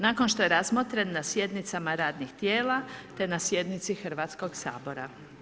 Nakon što je razmotren na sjednicama radnih tijela, te na sjednici Hrvatskog sabora.